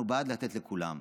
אנחנו בעד לתת לכולם,